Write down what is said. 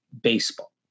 baseball